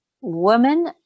women